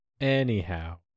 Anyhow